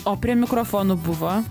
o prie mikrofonų buvo